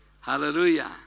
Hallelujah